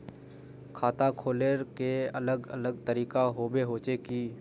खाता खोले के अलग अलग तरीका होबे होचे की?